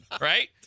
right